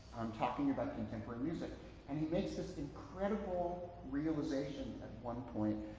talking about contemporary music and he makes this incredible realization at one point.